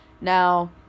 Now